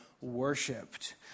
worshipped